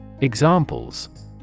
Examples